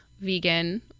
vegan